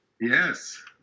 Yes